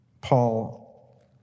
Paul